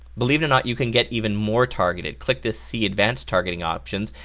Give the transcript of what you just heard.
believe or not, you can get even more targeted, click this see advanced targeting options,